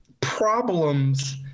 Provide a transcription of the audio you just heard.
problems